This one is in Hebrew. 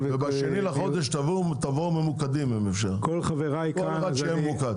ב-2 לחודש תבואו ממוקדים, שכל אחד יבוא ממוקד.